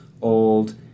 old